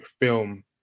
film